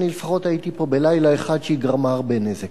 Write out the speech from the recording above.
אני לפחות הייתי פה בלילה אחד שהיא גרמה הרבה נזק.